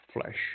flesh